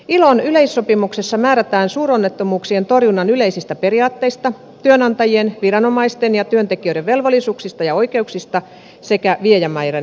ilon yleissopimuksessa määrätään suuronnettomuuksien torjunnan yleisistä periaatteista työnantajien viranomaisten ja työntekijöiden velvollisuuksista ja oikeuksista sekä viejämaiden vastuusta